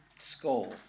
Skull